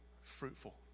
fruitful